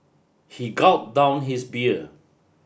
he gulped down his beer